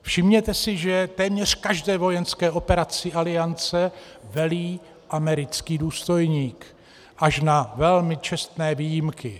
Všimněte si, že téměř každé vojenské operaci Aliance velí americký důstojník, až na velmi čestné výjimky.